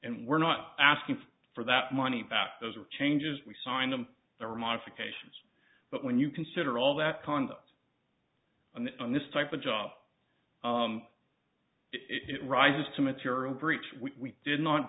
and were not asking for that money back those were changes we signed them there were modifications but when you consider all that conduct on the on this type of job it rises to material breach we did not